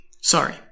Sorry